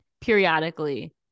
periodically